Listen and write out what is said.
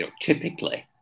typically